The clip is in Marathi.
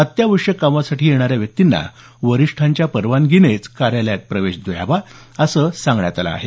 अत्यावश्यक कामासाठी येणाऱ्या व्यक्तींना वरिष्ठांच्या परवानगीनेच कार्यालयात प्रवेश द्यावा असं सांगण्यात आलं आहे